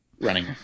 running